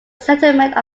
settlement